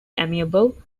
amiable